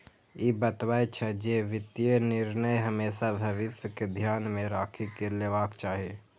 ई बतबै छै, जे वित्तीय निर्णय हमेशा भविष्य कें ध्यान मे राखि कें लेबाक चाही